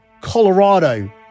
Colorado